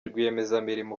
rwiyemezamirimo